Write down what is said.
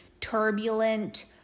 turbulent